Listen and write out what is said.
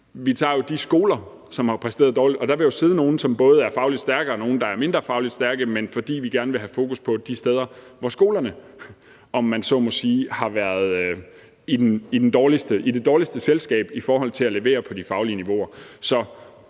Vi tager jo de skoler, som har præsteret dårligt, og der vil både sidde nogle, som er fagligt stærke, og nogle, der er mindre fagligt stærke. Men det er, fordi vi gerne vil have fokus på de skoler, der, om man så må sige, har været i det dårligste selskab i forhold til at levere på de faglige niveauer.